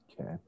Okay